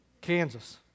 Kansas